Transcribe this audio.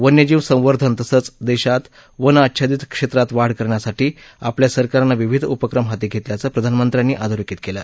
वन्यजीव संवर्धन तसंच देशात वन अच्छादीत क्षेत्रात वाढ करण्यासाठी आपल्या सरकरानं विविध उपक्रम हाती घेतल्याचं प्रधानमंत्र्यांनी आधोरेखित केलं